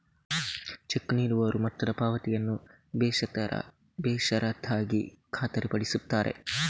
check ನೀಡುವವರು ಮೊತ್ತದ ಪಾವತಿಯನ್ನು ಬೇಷರತ್ತಾಗಿ ಖಾತರಿಪಡಿಸುತ್ತಾರೆ